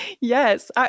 Yes